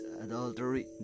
adultery